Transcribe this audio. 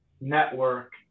network